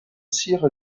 cyr